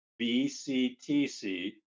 bctc